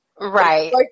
Right